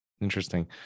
interesting